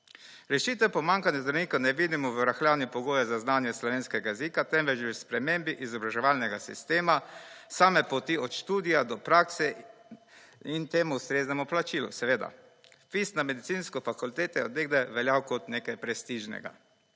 Rešitev pomanjkanja zdravnika ne vidimo v rahljanju pogojev za znanje slovenskega jezika, temveč v spremembi izobraževalnega sistema same poti od študija do prakse in temu ustreznemu plačilu seveda. Vpis na medicinske fakultete je od nekaj veljal kot nekaj prestižnega.